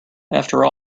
after